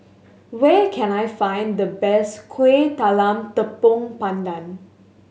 where can I find the best Kueh Talam Tepong Pandan